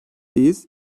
biz